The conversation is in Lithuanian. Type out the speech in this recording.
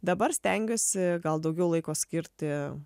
dabar stengiuosi gal daugiau laiko skirti